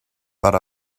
but